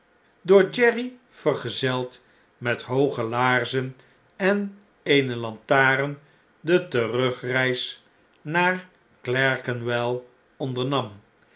door jerry vergezeld met hooge laarzen en eene lantaren de terugreis naar clerkenwell e